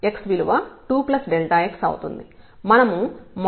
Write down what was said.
మనము మొదట 1 గా తీసుకుంటాం